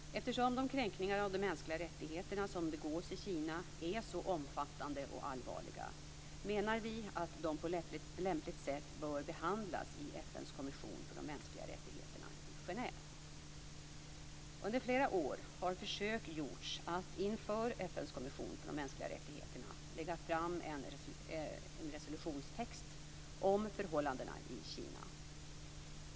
Eftersom de kränkningar av de mänskliga rättigheterna som begås i Kina är så omfattande och allvarliga menar vi att de på lämpligt sätt bör behandlas i FN:s kommission för de mänskliga rättigheterna i Genève. Under flera år har försök gjorts att inför FN:s kommission för de mänskliga rättigheterna lägga fram en resolutionstext om förhållandena i Kina.